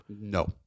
No